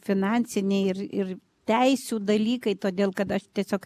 finansiniai ir ir teisių dalykai todėl kad aš tiesiog